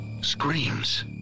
screams